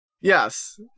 Yes